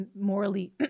morally